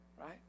right